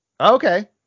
Okay